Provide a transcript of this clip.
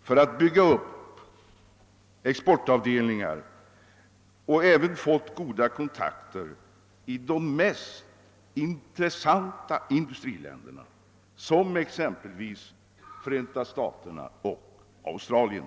för att bygga upp exportavdel-- ningar, och de har även fått goda kontakter i de mest intressanta industriländerna såsom Förenta staterna och Australien.